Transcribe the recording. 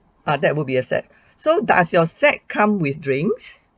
ah that will be a set so does your set come with drinks